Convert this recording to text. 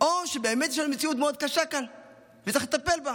או שבאמת המציאות מאוד קשה כאן וצריך לטפל בה.